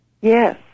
Yes